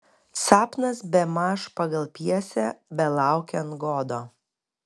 sapnas bemaž pagal pjesę belaukiant godo